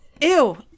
ew